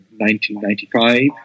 1995